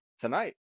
tonight